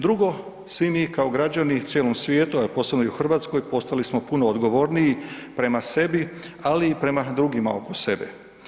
Drugo, svi mi kao građani u cijelom svijetu, a posebno i u RH postali smo puno odgovorniji prema sebi, ali i prema drugima oko sebe.